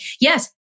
Yes